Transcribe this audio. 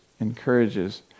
encourages